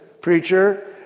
preacher